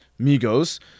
Migos